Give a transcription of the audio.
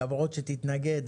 למרות שתתנגד,